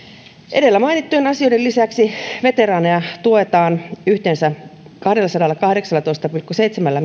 edellä mainittujen asioiden lisäksi veteraaneja tuetaan yhteensä kahdellasadallakahdeksallatoista pilkku seitsemällä